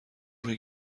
روی